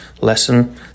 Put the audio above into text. lesson